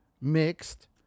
mixed